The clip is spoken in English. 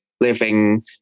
living